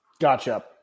Gotcha